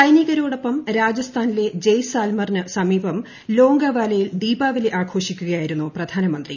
സൈനികരോടൊപ്പം രാജസ്ഥാനിലെ ജയ്സാൽ മേറിനു സമീപം ലോം ഗേവാലയിൽ ദീപാവലി ആഘോഷിക്കുകയായി രുന്നു പ്രധാനമന്ത്രി